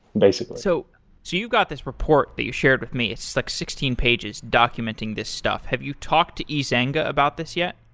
basically so you got this report that you shared with me. it's like sixteen pages documenting this stuff. have you talked to ezanga about this yet?